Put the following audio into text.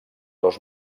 dos